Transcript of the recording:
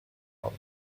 all